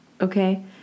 okay